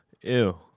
Ew